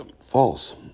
false